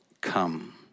come